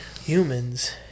Humans